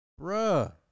Bruh